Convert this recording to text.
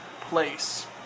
place